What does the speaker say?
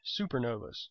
supernovas